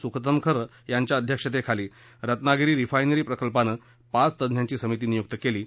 सुकथनकर यांच्या अध्यक्षतेखाली रत्नागिरी रिफायनरी प्रकल्पानं पाच तज्ञांची समिती नियुक केली आहे